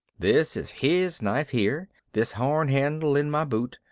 this is his knife here, this horn-handle in my boot,